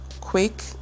quick